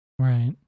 Right